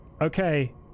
Okay